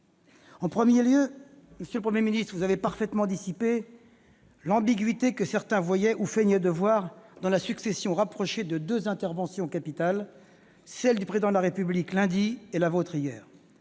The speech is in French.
le Premier ministre, vous avez parfaitement dissipé l'ambiguïté que certains voyaient ou feignaient de voir dans la succession rapprochée de deux interventions capitales, celle du Président de la République lundi et la vôtre hier.